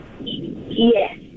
yes